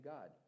God